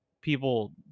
people